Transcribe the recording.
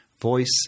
voice